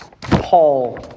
Paul